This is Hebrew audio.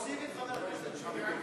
תוסיף את חבר הכנסת שמולי.